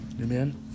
amen